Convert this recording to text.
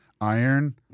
Iron